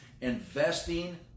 investing